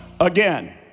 again